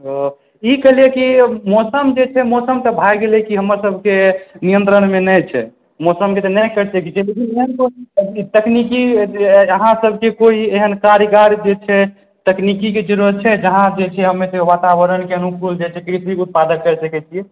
ई कहलियै कि मौसम जे छै मौसम तऽ भए गेलै हमरसभके नियन्त्रणमे नहि छै मौसमके तऽ नहि कहि सकैत छी लेकिन तकनिकी जे अहाँसभके कोइ एहन कार्यकार जे छै तकनिकीके जरूरत छै जहाँ जे छै से हम जे छै से वातावरणके अनुकूल जे छै से कि कृषि उत्पाद करि सकैत छी